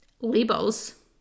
labels